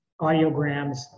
audiograms